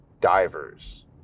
divers